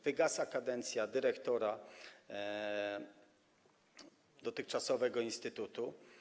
Wygasa kadencja dyrektora dotychczasowego instytutu.